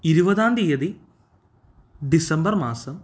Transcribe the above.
ഇരുപതാം തീയതി ഡിസംബർ മാസം